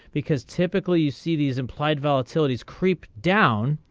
because typically see these implied volatilities creep down.